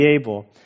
able